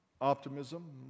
Optimism